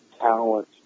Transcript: talent